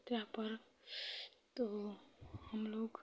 पर तो हमलोग